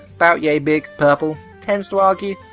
about yay big, purple, tends to argue?